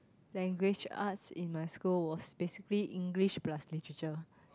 language arts in my school was basically English plus Literature